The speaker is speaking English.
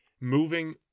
moving